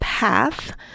PATH